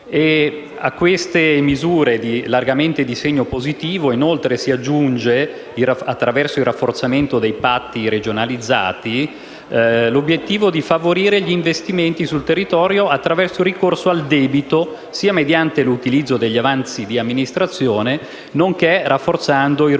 A queste misure largamente di segno positivo inoltre si aggiunge, attraverso il rafforzamento dei patti regionalizzati, l'obiettivo di favorire gli investimenti sul territorio, sia attraverso il ricorso al debito mediante l'utilizzo degli avanzi di amministrazione, sia rafforzando il ruolo